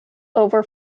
over